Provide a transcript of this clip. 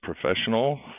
professional